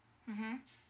mmhmm